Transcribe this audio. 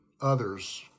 others